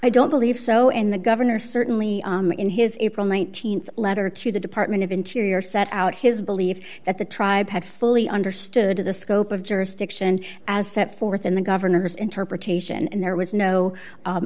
i don't believe so and the governor certainly in his april th letter to the department of interior set out his belief that the tribe had fully understood the scope of jurisdiction as set forth in the governor's interpretation and there was no